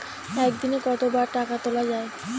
একদিনে কতবার টাকা তোলা য়ায়?